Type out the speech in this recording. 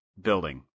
building